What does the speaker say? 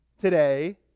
Today